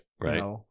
Right